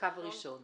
הקו הראשון.